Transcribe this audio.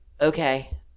okay